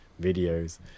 videos